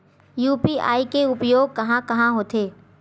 UPI के उपयोग कहां कहा होथे?